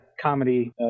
comedy